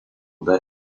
dar